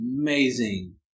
amazing